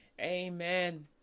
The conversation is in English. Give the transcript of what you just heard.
Amen